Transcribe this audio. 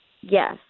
Yes